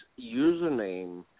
username